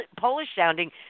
Polish-sounding